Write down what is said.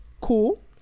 Cool